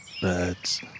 birds